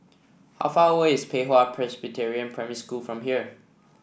how far away is Pei Hwa Presbyterian Primary School from here